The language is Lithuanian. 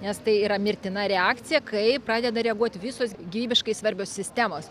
nes tai yra mirtina reakcija kai pradeda reaguot visos gyvybiškai svarbios sistemos